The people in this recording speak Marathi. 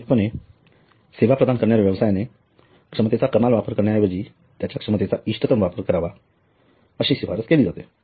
स्वाभाविकपणे सेवा प्रदान करणाऱ्या व्यवसायाने क्षमतेचा कमाल वापर करण्याऐवजी त्याच्या क्षमतेचा इष्टतम वापर करावा अशी शिफारस केली जाते